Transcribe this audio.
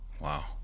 Wow